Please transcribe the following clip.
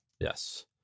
yes